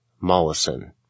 Mollison